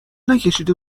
نکشیده